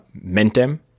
mentem